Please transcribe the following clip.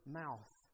mouth